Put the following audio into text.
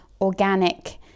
organic